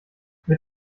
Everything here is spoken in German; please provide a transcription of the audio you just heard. mit